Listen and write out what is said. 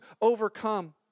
overcome